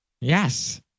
Yes